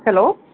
hello